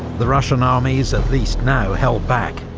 the russian armies at least now held back,